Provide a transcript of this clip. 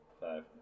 Five